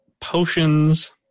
potions